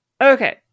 okay